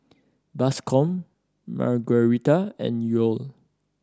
Bascom Margueritta and Yoel